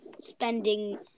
spending